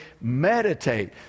Meditate